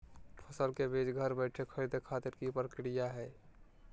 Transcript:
फसल के बीज घर बैठे खरीदे खातिर की प्रक्रिया हय?